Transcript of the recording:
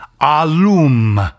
alum